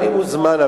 אני מוזמן,